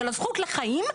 של הזכות לחיים,